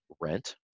rent